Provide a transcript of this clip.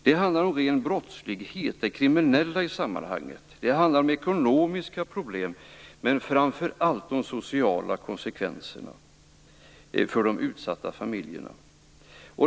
Det handlar om ren brottslighet, det handlar om ekonomiska problem, men framför allt om de sociala konsekvenserna för de utsatta familjerna.